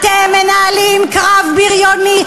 אתם מנהלים קרב בריוני,